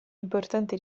importanti